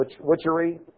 witchery